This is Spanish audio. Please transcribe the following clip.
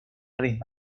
aves